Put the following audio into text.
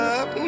up